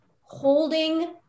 holding